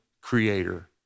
creator